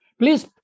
Please